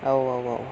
औ औ औ